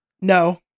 no